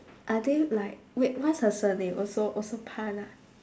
are they like wait what's her surname also also pan ah